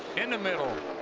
in the middle.